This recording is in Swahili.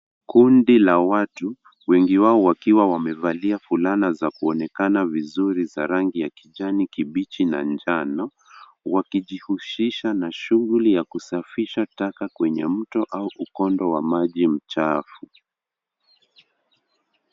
Kundi la watu, wengi wao wakiwa wamevalia fulana za kuonekana vizuri za rangi ya kijani kibichi na jano, wakijihusisha na shughuli ya kusafisha mto au mkondo wa maji mchafu.